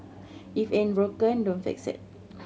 if it ain't broken don't fix it